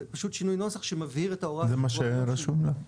זה מה שרשום לך?